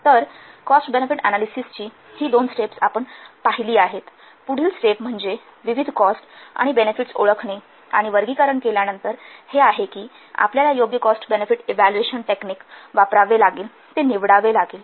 तर cost benefit अनालिसिसची ही दोन स्टेप्स आपण पाहिली आहेत पुढील स्टेप म्हणजे विविध कॉस्ट आणि बेनेफिट्स ओळखणे आणि वर्गीकरण केल्यानंतर हे आहे कि आपल्याला योग्य कॉस्ट बेनेफिट इव्हॅल्युएशन टेक्निक वापरावे लागेल निवडावे लागेल